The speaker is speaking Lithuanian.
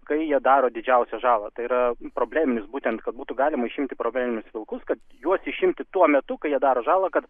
kai jie daro didžiausią žalą tai yra probleminis būtent ką būtų galima išimti probleminius vilkus kad juos išimti tuo metu kai jie daro žalą kad